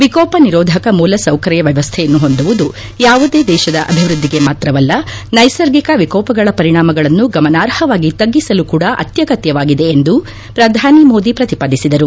ವಿಕೋಪ ನಿರೋಧಕ ಮೂಲ ಸೌಕರ್ಯ ವ್ಯವಸ್ಥೆಯನ್ನು ಹೊಂದುವುದು ಯಾವುದೇ ದೇಶದ ಅಭಿವೃದ್ದಿಗೆ ಮಾತ್ರವಲ್ಲ ನೈಸರ್ಗಿಕ ವಿಕೋಪಗಳ ಪರಿಣಾಮಗಳನ್ನು ಗಮರ್ನಾಹವಾಗಿ ತಗ್ಗಿಸಲು ಕೂಡ ಅತ್ಯಗತ್ಯವಾಗಿದೆ ಎಂದು ಪ್ರಧಾನಿ ಮೋದಿ ಪ್ರತಿಪಾದಿಸಿದರು